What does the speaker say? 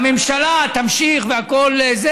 למה אצה להם הדרך.